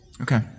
Okay